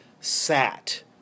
sat